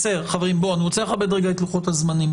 חברים בואו, אני רוצה לכבד רגע את לוחות הזמנים.